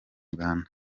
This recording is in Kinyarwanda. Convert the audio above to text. uganda